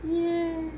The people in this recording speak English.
!yay!